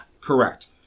correct